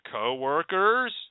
co-workers